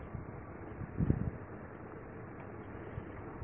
विद्यार्थी Refer Time 1400